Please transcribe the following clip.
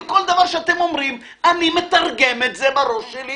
וכל דבר שאתם אומרים אני מתרגם בראש שלי